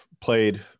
played